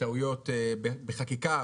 טעויות בחקיקה,